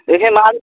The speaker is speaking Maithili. एहन माल